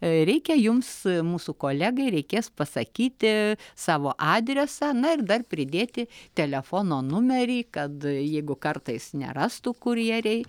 reikia jums mūsų kolegai reikės pasakyti savo adresą na ir dar pridėti telefono numerį kad jeigu kartais nerastų kurjeriai